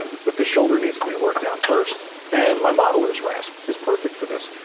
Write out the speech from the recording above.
but the shoulder needs to be worked down first. and my modeler's rasp is perfect for this.